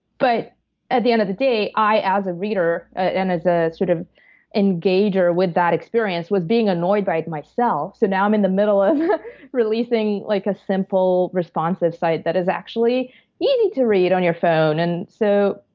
but at the end of the day, i, as a reader, and as an sort of engager with that experience was being annoyed by it myself. so, now, i'm in the middle of releasing like a simple responsive site that is actually easy to read on your phone, and so,